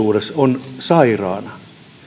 on kolme päivää sairaana